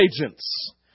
agents